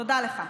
תודה לך.